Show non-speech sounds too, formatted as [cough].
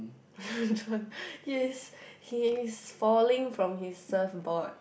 [laughs] John yes he is falling from his surfboard